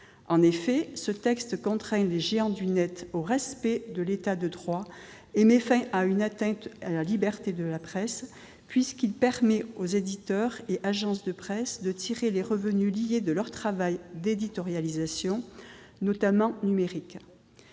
En effet, ce texte contraint les géants du net au respect de l'État de droit et met fin à une atteinte à la liberté de la presse, puisqu'il permet aux éditeurs et agences de presse de tirer les revenus, notamment numériques,